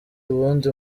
ubundi